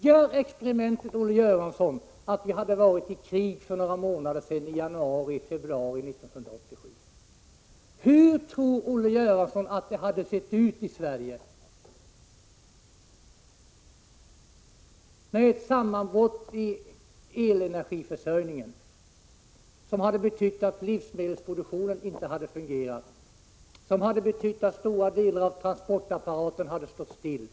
Låt oss tänka oss, Olle Göransson, att vi hade varit i krig för några månader sedan, i januari och februari 1987. Hur tror Olle Göransson att det hade sett ut i Sverige? Det hade blivit ett sammanbrott då det gäller elenergiförsörjningen, som medfört att livsmedelsproduktionen inte hade fungerat och att stora delar av transportapparaten hade stått stilla.